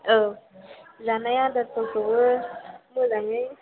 औ जानाय आदारफोरखौबो मोजाङै